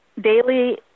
daily